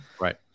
Right